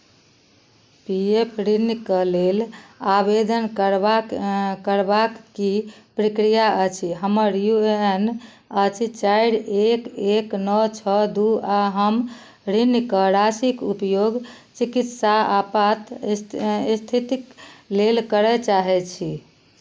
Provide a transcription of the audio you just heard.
पी F ऋणके लेल आवेदन करबाक करबाक की प्रक्रिया अछि हमर यू ए एन अछि चारि एक एक नओ छओ दू आ हम ऋणके राशिक उपयोग चिकित्सा आपात स्थिति स्थितिक लेल करय चाहैत छी